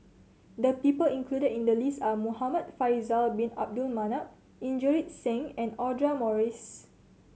the people included in the list are Muhamad Faisal Bin Abdul Manap Inderjit Singh and Audra Morrice